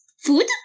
food